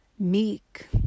meek